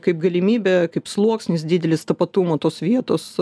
kaip galimybė kaip sluoksnis didelis tapatumo tos vietos